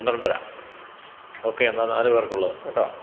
പന്ത്രണ്ടര ഓക്കെ എന്നാല് നാലു പേർക്കുള്ളത് കേട്ടാ